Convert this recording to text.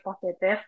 positive